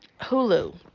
Hulu